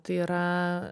tai yra